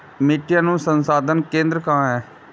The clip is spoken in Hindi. मिट्टी अनुसंधान केंद्र कहाँ है?